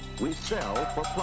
we sell